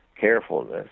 carefulness